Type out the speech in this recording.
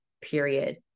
period